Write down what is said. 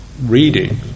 reading